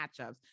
matchups